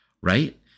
Right